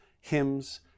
hymns